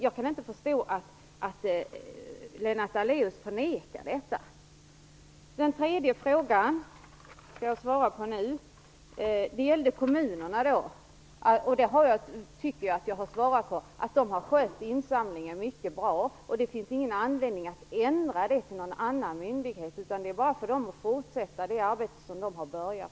Jag kan inte förstå att Lennart Daléus förnekar att så är fallet. Den tredje frågan skall jag nu svara på. Det gäller kommunerna. I och för sig anser jag att jag redan har svarat. Jag tycker att kommunerna har skött insamlingen mycket bra. Det finns ingen anledning att ändra här och välja en annan myndighet. För kommunerna är det bara att fortsätta med det arbete som de påbörjat.